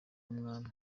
w’umwami